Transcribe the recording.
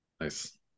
nice